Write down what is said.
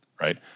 right